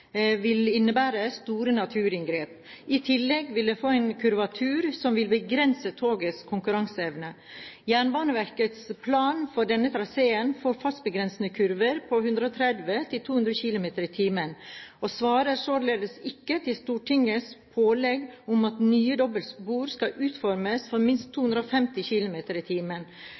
vil innebære store naturinngrep. I tillegg vil den få en kurvatur som vil begrense togets konkurranseevne. Jernbaneverkets plan for denne traseen med fartsbegrensende kurver på 130 km/t og 200 km/t, svarer således ikke til Stortingets pålegg om at nye dobbeltspor skal utformes for minst 250 km/t.